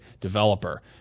developer